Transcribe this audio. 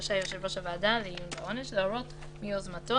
רשאי יושב ראש הוועדה לעיון בעונש להורות מיוזמתו,